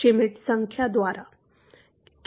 Schmidt संख्या द्वारा